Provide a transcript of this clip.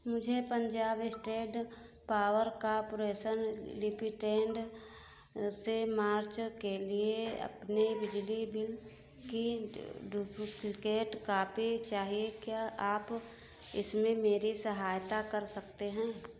मुझे Punjab state power corporation limited से March के लिए अपने बिजली बिल की डुप्लिकेट कॉपी चाहिए क्या आप इसमें मेरी सहायता कर सकते हैं